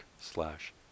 slash